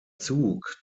zug